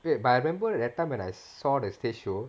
wait but I remember that time when I saw the stage show